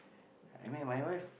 I met my wife